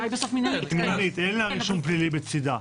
אין רישום פלילי בצידה.